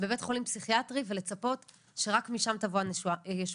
בבית חולים פסיכיאטרי ולצפות שרק משם תבוא הישועה.